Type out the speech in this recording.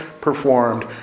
performed